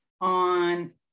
on